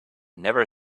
never